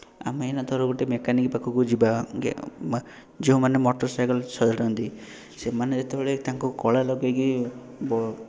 ଆମେ ଏଇନା ଧର ଗୋଟେ ମେକାନିକ୍ ପାଖକୁ ଯିବା ଯେଉଁମାନେ ମଟରସାଇକଲ୍ ସଜାଡ଼ନ୍ତି ସେମାନେ ଯେତେବେଳେ ତାଙ୍କ କଳା ଲଗାଇକି